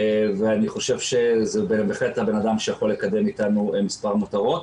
ואני חושב שזה בהחלט הבן-אדם שיכול לקדם איתנו מספר מטרות.